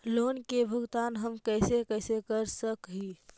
Loan के भुगतान हम कैसे कैसे कर सक हिय?